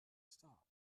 stopped